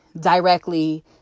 directly